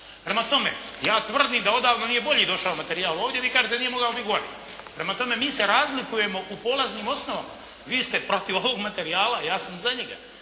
Prema tome, ja tvrdim da odavno nije bolji došao materijal ovdje, a vi kažete da nije mogao biti gori. Prema tome, mi se razlikujemo u polaznim osnovama. Vi ste protiv ovog materijala, ja sam za njega.